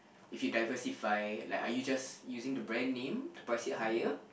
if you diversify like are you just using the brand name to price it higher